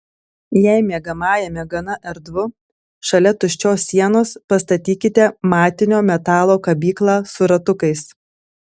jei miegamajame gana erdvu šalia tuščios sienos pastatykite matinio metalo kabyklą su ratukais